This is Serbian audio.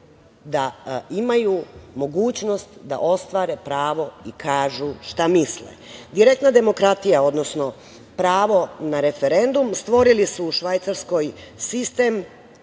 da imaju mogućnost da ostvare pravo i kažu šta misle. Direktna demokratija, odnosno pravo na referendum stvorili su u Švajcarskoj sistem